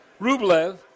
Rublev